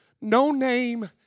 no-name